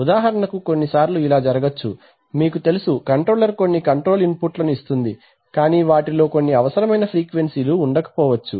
ఉదాహరణకు కొన్ని సార్లు ఇలా జరగొచ్చు మీకు తెలుసు కంట్రోలర్ కొన్ని కంట్రోల్ ఇన్ పుట్ లను ఇస్తుంది కానీ వాటిలో కొన్ని అవసరమైన ఫ్రీక్వెన్సీ లు ఉండకపోవచ్చు